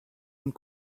und